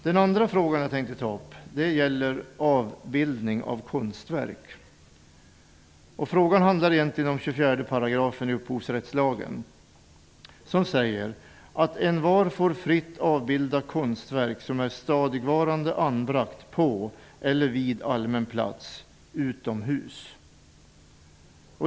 Den andra frågan jag tänkte ta upp gäller avbildning av konstverk. Frågan handlar egentligen om 24 § i upphovsrättslagen. Den säger att envar får fritt avbilda konstverk som är stadigvarande anbragt på eller vid allmän plats utomhus.